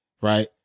Right